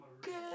good